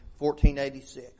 1486